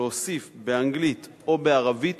להוסיף באנגלית או בערבית,